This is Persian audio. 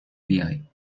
بیای